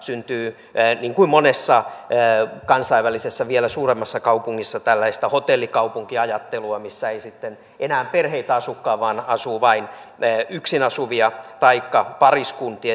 syntyy niin kuin monessa kansainvälisessä vielä suuremmassa kaupungissa tällaista hotellikaupunkiajattelua missä ei sitten enää perheitä asukaan vaan asuu vain yksin asuvia taikka pariskuntia